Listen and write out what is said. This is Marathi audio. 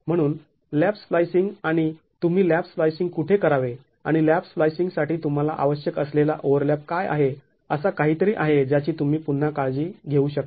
म्हणून लॅप स्लाईसिंग आणि तुम्ही लॅप स्लाईसिंग कुठे करावे आणि लॅप स्लाईसिंग साठी तुम्हाला आवश्यक असलेला ओवरलॅप काय आहे असा काहीतरी आहे ज्याची तुम्ही पुन्हा काळजी घेऊ शकता